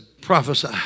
Prophesy